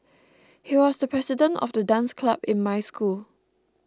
he was the president of the dance club in my school